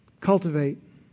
Cultivate